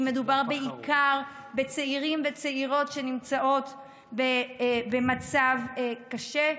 כי מדובר בעיקר בצעירים וצעירות שנמצאים במצב קשה,